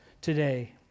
today